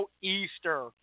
Easter